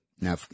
Now